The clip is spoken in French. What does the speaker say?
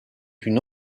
une